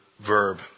verb